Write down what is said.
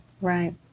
Right